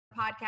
podcast